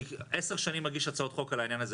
אני עשר שנים מגיש הצעות חוק על העניין הזה,